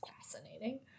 fascinating